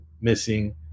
missing